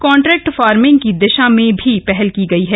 contract farming की दिशा में भी पहल की गई है